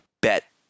bet